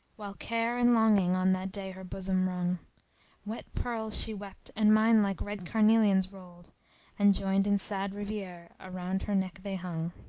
while care and longing on that day her bosom wrung wet pearls she wept and mine like red carnelians rolled and, joined in sad riviere, around her neck they hung.